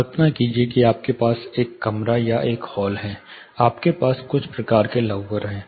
कल्पना कीजिए कि आपके पास एक कमरा या एक हॉल है आपके पास कुछ प्रकार के लाउवर हैं